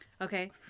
Okay